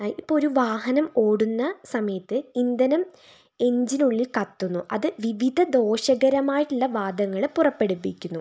ഇപ്പൊരു വാഹനം ഓടുന്ന സമയത്തു ഇന്ധനം എഞ്ചിനുള്ളിൽ കത്തുന്നു അത് വിവിധ ദോഷകരമായിട്ടുള്ള വാതകങ്ങൾ പുറപ്പെടിപ്പിക്കുന്നു